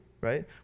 right